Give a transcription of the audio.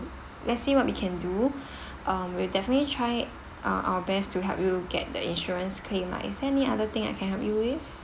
let's see what we can do um we'll definitely try uh our best to help you get the insurance claim ah is there any other thing I can help you with